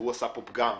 והוא עשה פה פגם,